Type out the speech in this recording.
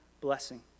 blessing